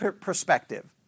perspective